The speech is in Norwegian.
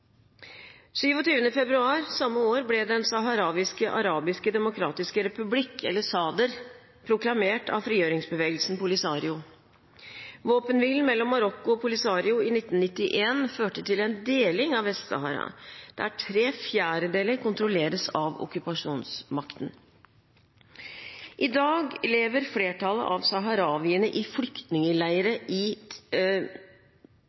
ble Den saharawiske arabiske demokratiske republikk – SADR – proklamert av frigjøringsbevegelsen Polisario. Våpenhvilen mellom Marokko og Polisario i 1991 førte til en deling av Vest-Sahara, der tre fjerdedeler kontrolleres av okkupasjonsmakten. I dag lever flertallet av saharawiene i